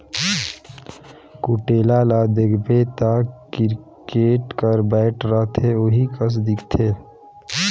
कुटेला ल देखबे ता किरकेट कर बैट रहथे ओही कस दिखथे